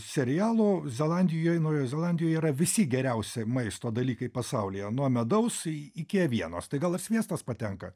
serialų zelandijoj naujoj zelandijoj yra visi geriausi maisto dalykai pasaulyje nuo medaus iki avienos tai gal ir sviestas patenka